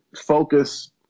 focus